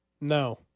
No